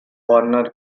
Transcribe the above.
warner